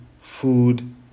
food